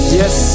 yes